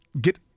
get